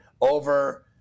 over